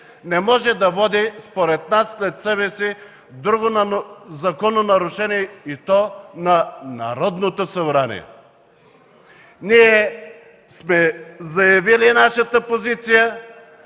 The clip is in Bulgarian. не може да води според нас след себе си друго закононарушение, и то на Народното събрание. Ние сме заявили нашата позиция.